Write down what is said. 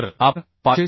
तर आपण 506